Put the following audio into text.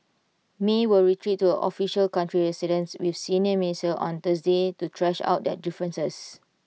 may will retreat to her official country residence with senior ministers on Thursday to thrash out their differences